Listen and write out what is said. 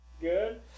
Good